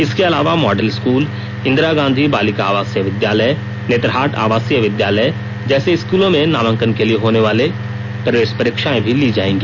इसके अलावा model school Indira Gandhi बालिका आवासीय विद्यालय नेतरहाट आवासीय विद्यालय जैसे स्कूलों में नामांकन के लिए होनेवाली प्रवेश परीक्षाएं भी ली जायेंगी